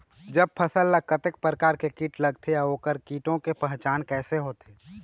जब फसल ला कतेक प्रकार के कीट लगथे अऊ ओकर कीटों के पहचान कैसे होथे?